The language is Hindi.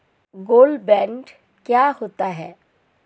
गोल्ड बॉन्ड क्या होता है?